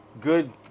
good